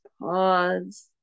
pause